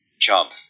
jump